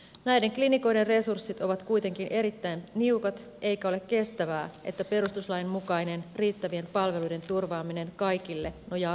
näiden klinikoiden resurssit ovat kuitenkin erittäin niukat eikä ole kestävää että perustuslain mukainen riittävien palveluiden turvaaminen kaikille nojaa vapaaehtoistyöhön